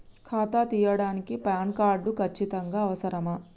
ఖాతా తీయడానికి PAN card ఖచ్చితంగా అవసరమా?